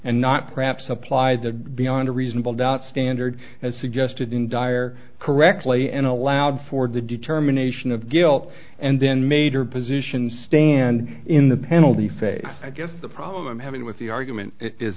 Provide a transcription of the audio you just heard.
and not perhaps apply the beyond a reasonable doubt standard as suggested in dyer correctly and allowed for the determination of guilt and then made her position stand in the penalty phase i guess the problem i'm having with the argument is